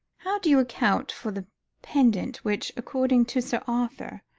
how do you account for the pendant which, according to sir arthur,